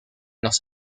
los